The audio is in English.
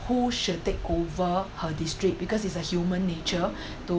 who should take over her district because it's a human nature to